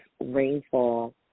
rainfall